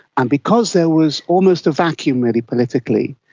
and because there was almost a vacuum really politically,